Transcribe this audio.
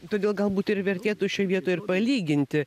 todėl galbūt ir vertėtų šioj vietoj ir palyginti